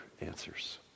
answers